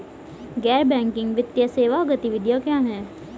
गैर बैंकिंग वित्तीय सेवा गतिविधियाँ क्या हैं?